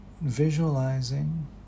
visualizing